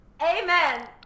Amen